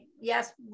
yes